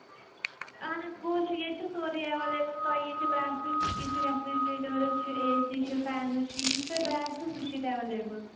اہن حظ پوٚز چھُ ییٚتہِ چھِ سورُے اٮ۪ویلیبٕل تۄہہِ یہِ تہِ باسِوٕ ٹھیٖک ییٚتہِ چھِ رٮ۪فرِجریٹٲرٕز چھِ اے سی چھِ فینٕز چھِ یہِ تۄہہِ باسِوٕ سُہ چھِ ییٚتہِ اٮ۪ویلیبٕل